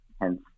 hence